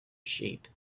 sheep